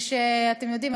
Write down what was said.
אתם יודעים,